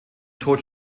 tod